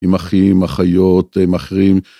עם אחים, אחיות, עם אחרים.